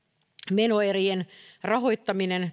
menoerien rahoittaminen